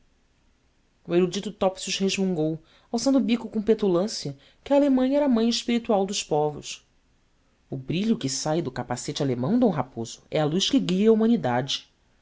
o erudito topsius resmungou alçando o bico com petulância que a alemanha era a mãe espiritual dos povos o brilho que sai do capacete alemão d raposo é a luz que guia a humanidade